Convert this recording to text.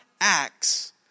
acts